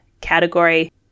category